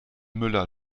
müller